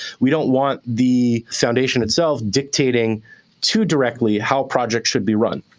we don't want the foundation itself dictating too directly how projects should be run.